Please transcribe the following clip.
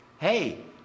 hey